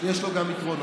יש לו גם יתרונות,